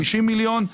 90 מיליון,